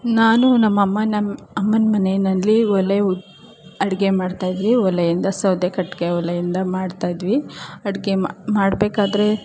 ನಾನು ನಮ್ಮ ಅಮ್ಮ ನಮ್ಮ ಅಮ್ಮನ ಮನೆಯಲ್ಲಿ ಒಲೆ ಅಡುಗೆ ಮಾಡ್ತಾಯಿದ್ವಿ ಒಲೆಯಿಂದ ಸೌದೆ ಕಟ್ಟಿಗೆ ಒಲೆಯಿಂದ ಮಾಡ್ತಾಯಿದ್ವಿ ಅಡುಗೆ ಮಾಡಬೇಕಾದ್ರೆ